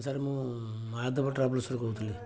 sir ମୁଁ ମହାଦେବ ଟ୍ରାଭେଲ୍ସରୁ କହୁଥିଲି